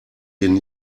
den